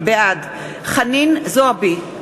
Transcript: בעד חנין זועבי,